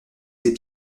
ses